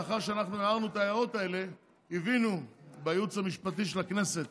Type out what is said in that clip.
לאחר שאנחנו הערנו את ההערות האלה הבינו בייעוץ המשפטי של הכנסת